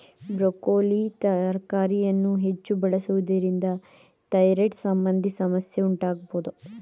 broccoli ತರಕಾರಿಯನ್ನು ಹೆಚ್ಚು ಬಳಸುವುದರಿಂದ ಥೈರಾಯ್ಡ್ ಸಂಬಂಧಿ ಸಮಸ್ಯೆ ಉಂಟಾಗಬೋದು